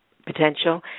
Potential